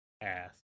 ass